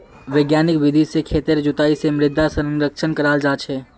वैज्ञानिक विधि से खेतेर जुताई से मृदा संरक्षण कराल जा छे